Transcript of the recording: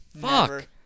Fuck